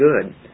good